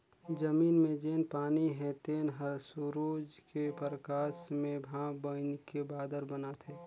जमीन मे जेन पानी हे तेन हर सुरूज के परकास मे भांप बइनके बादर बनाथे